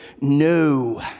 no